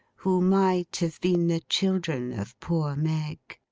who might have been the children of poor meg.